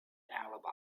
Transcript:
alibi